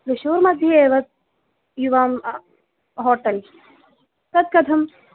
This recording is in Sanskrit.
त्रिशूर्मध्ये एव युवाम् होटल् तत् कथम्